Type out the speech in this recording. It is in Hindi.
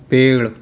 पेड़